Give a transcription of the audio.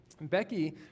Becky